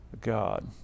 God